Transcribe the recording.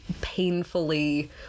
painfully